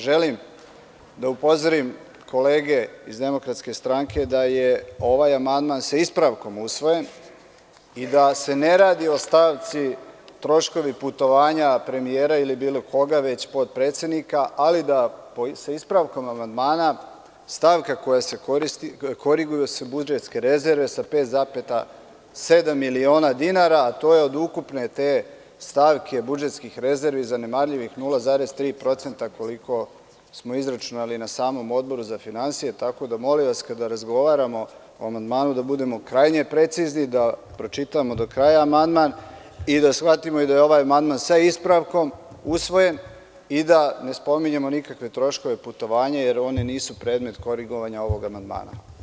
Želim da upozorim kolege iz DS da je ovaj amandman sa ispravkom usvojen i da se ne radi o stavci - troškovi putovanja premijera ili bilo koga, već potpredsednika, ali da sa ispravkom amandmana koriguju se budžetske rezerve sa 5,7 miliona dinara, a to je od te ukupne stavke budžetskih rezervi zanemarljivih 0,3%, koliko smo izračunali na samom Odboru za finansije, tako da, molim vas, kada razgovaramo o amandmanu da budemo krajnje precizni, da pročitamo do kraja amandman i da shvatimo i da je ovaj amandman sa ispravkom usvojen i da ne spominjemo nikakve troškove putovanja jer oni nisu predmet korigovanja ovog amandmana.